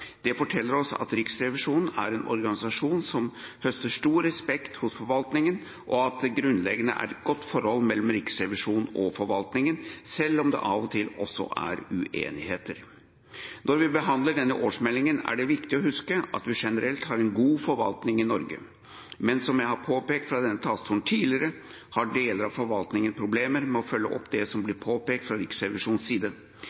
Det forteller oss at Riksrevisjonen er en organisasjon som høster stor respekt hos forvaltningen, og at det grunnleggende er et godt forhold mellom Riksrevisjonen og forvaltningen, selv om det av og til også er uenigheter. Når vi behandler denne årsmeldingen, er det viktig å huske at vi generelt har en god forvaltning i Norge. Men som jeg har påpekt fra denne talerstolen tidligere, har deler av forvaltningen problemer med å følge opp det som blir påpekt fra Riksrevisjonens side.